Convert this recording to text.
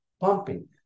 pumping